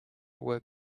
work